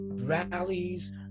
rallies